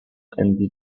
andy